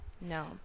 No